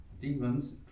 demons